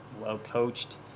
well-coached